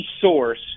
source